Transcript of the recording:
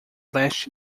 leste